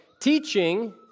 Teaching